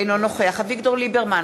אינו נוכח אביגדור ליברמן,